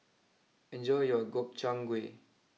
enjoy your Gobchang Gui